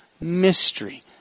mystery